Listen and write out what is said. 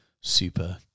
super